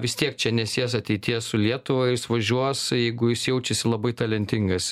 vis tiek čia nesies ateities su lietuva jis važiuos jeigu jis jaučiasi labai talentingas